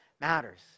matters